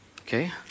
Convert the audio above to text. Okay